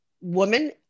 woman